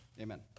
Amen